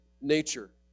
nature